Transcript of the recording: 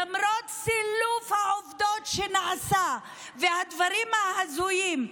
למרות סילוף העובדות שנעשה והדברים ההזויים.